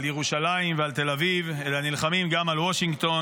ירושלים ועל תל אביב אלא נלחמים גם על וושינגטון,